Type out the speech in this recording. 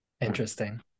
Interesting